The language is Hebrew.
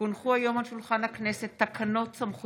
כי הונחו היום על שולחן הכנסת תקנות סמכויות